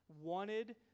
wanted